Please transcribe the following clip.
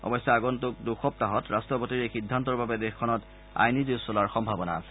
অৱশ্যে আগন্তুক দুসপ্তাহত ৰাষ্ট্ৰপতিৰ এই সিদ্ধান্তৰ বাবে দেশখনত আইনী যুঁজ চলাৰ সম্ভাৱনা আছে